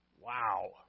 Wow